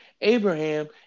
Abraham